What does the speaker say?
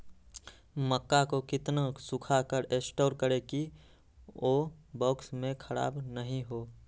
मक्का को कितना सूखा कर स्टोर करें की ओ बॉक्स में ख़राब नहीं हो?